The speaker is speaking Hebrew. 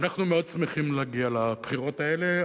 אנחנו מאוד שמחים להגיע לבחירות האלה.